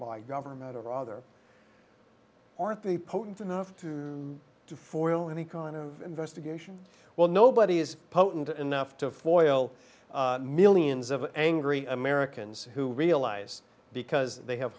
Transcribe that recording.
by government or rather or at the potent enough to do for any kind of investigation well nobody is potent enough to foil millions of angry americans who realize because they have